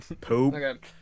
Poop